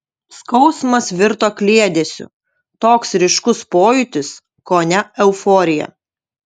skausmas virto kliedesiu toks ryškus pojūtis kone euforija